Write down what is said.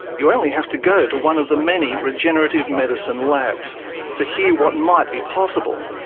you only have to go to one of the many regenerative medicine labs to hear what might be possible.